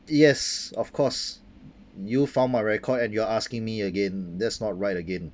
yes of course you found my record and you are asking me again that's not right again